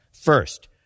First